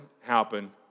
happen